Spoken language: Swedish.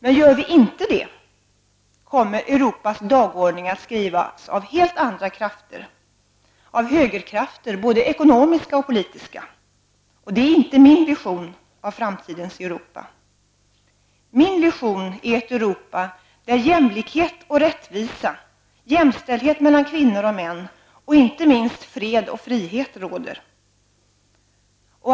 Men gör vi inte det kommer Europas dagordning att skrivas av helt andra krafter, av högerkrafter, både ekonomiska och politiska. Och det är inte min vision av framtidens Europa. Min vision är ett Europa där jämlikhet och rättvisa, jämställdet mellan kvinnor och män, och inte minst fred och frihet råder.